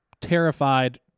terrified